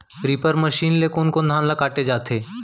Reaper machine ले कोन कोन धान ल काटे जाथे?